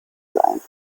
sein